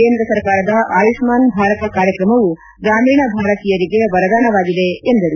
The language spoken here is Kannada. ಕೇಂದ್ರ ಸರ್ಕಾರದ ಆಯುಷ್ಣಾನ್ ಭಾರತ ಕಾರ್ಯಕ್ರಮವು ಗ್ರಾಮೀಣ ಭಾರತೀಯರಿಗೆ ವರದಾನವಾಗಿದೆ ಎಂದರು